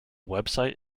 website